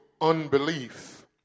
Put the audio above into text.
unbelief